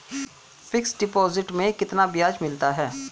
Fix deposit में कितना ब्याज मिलता है?